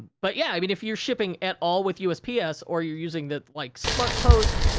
but, yeah, i mean, if you're shipping at all with usps, or you're using the, like, smartpost,